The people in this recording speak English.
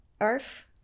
Earth